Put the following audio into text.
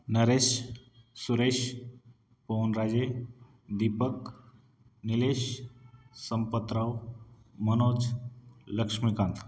Naresh Suresh Pawanraje Deepak Nilesh Sampatrao Manoj Laxmikant